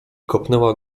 kopnęła